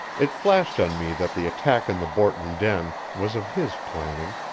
it flashed on me that the attack in the borton den was of his planning,